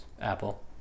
Apple